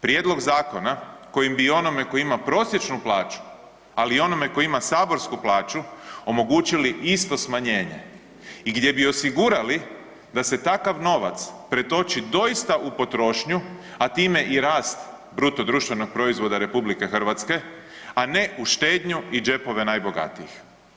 Prijedlog zakona koji bi onome tko ima prosječnu plaću, ali i onome tko ima saborsku plaću, omogućili isto smanjenje, gdje bi osigurali da se takav novac pretoči doista u potrošnju, a time i rast BDP-a RH, a ne u štednju i džepove najbogatijih.